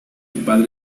padre